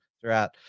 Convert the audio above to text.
throughout